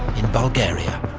in bulgaria.